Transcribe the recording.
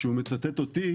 שהוא מצטט אותי,